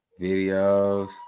videos